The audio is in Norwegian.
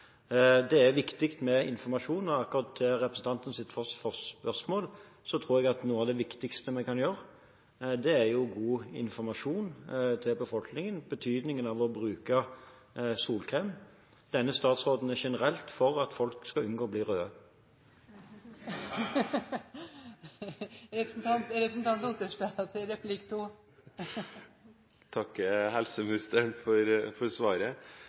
Det er viktig med informasjon, og akkurat når det gjelder representantens spørsmål, tror jeg noe av det viktigste vi kan gjøre, er å gi god informasjon til befolkningen om betydningen av å bruke solkrem. Denne statsråden er generelt for at folk skal unngå å bli røde. Jeg takker helseministeren for svaret. 19 av de 23 aktørene som leverte merknader i høringen til